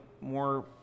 more